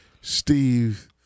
Steve